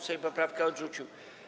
Sejm poprawkę odrzucił.